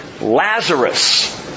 Lazarus